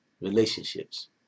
relationships